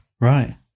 Right